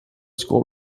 school